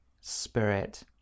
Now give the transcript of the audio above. Spirit